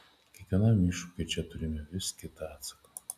kiekvienam iššūkiui čia turime vis kitą atsaką